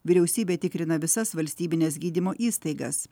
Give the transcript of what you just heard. vyriausybė tikrina visas valstybines gydymo įstaigas